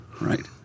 Right